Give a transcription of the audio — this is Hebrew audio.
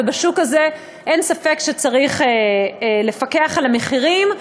ובשוק הזה אין ספק שצריך לפקח על המחירים.